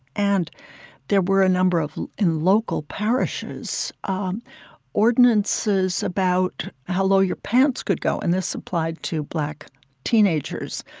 and there were a number of in local parishes um ordinances about how low your pants could go, and this applied to black teenagers,